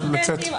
אנחנו הסטודנטים,